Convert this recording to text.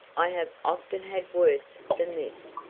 i have often had worse than this,